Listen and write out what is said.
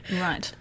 Right